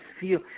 feel